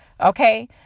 okay